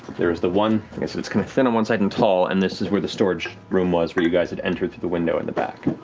there is the one, it's it's kind of thin on one side and tall and this is where the storage room was where you guys had entered through the window in the back.